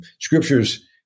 scriptures